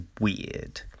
weird